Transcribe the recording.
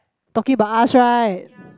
talking about us right